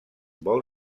vol